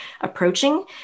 approaching